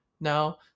Now